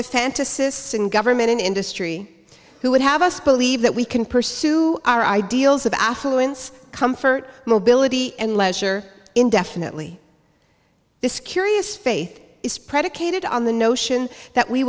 fantasy government and industry who would have us believe that we can pursue our ideals of affluence comfort mobility and leisure indefinitely this curious fate is predicated on the notion that we